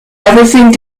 everything